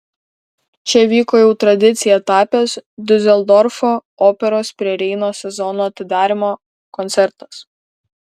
čia vyko jau tradicija tapęs diuseldorfo operos prie reino sezono atidarymo koncertas